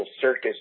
circus